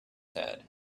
had